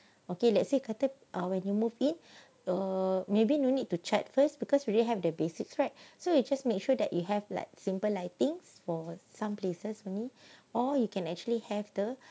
okay let's say khatib uh when you move in or maybe you need to check first because we already have the basics right so you just make sure that you have like simple lightings for some places only or you can actually have the